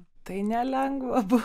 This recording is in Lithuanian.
tai nelengva buvo